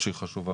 שהיא חשובה.